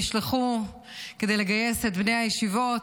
נשלחו כדי לגייס את בני הישיבות.